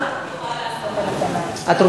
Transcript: אני יכולה להגיב?